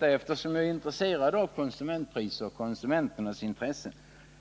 Eftersom jag är intresserad av konsumentpriser har